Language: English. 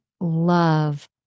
love